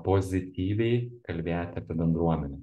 pozityviai kalbėti apie bendruomenę